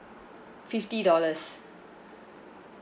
fifty dollars